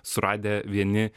suradę vieni